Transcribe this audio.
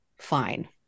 fine